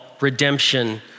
redemption